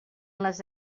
les